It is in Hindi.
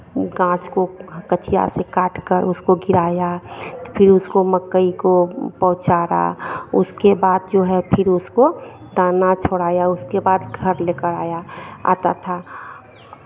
गाछ को कचिया से काटकर उसको गिराया फिर उसको मकई को बौछारा उसके बाद जो है फिर उसको दाना छुड़ाया उसके बाद घर लेकर आया आता था